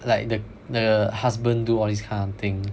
like the the husband do all this kind of thing